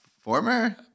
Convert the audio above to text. former